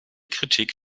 kritik